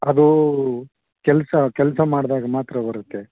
ಅದು ಕೆಲಸ ಕೆಲಸ ಮಾಡ್ದಾಗ ಮಾತ್ರ ಬರುತ್ತೆ